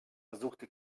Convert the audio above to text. versuchte